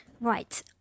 Right